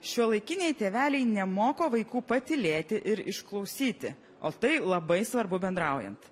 šiuolaikiniai tėveliai nemoko vaikų patylėti ir išklausyti o tai labai svarbu bendraujant